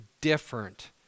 different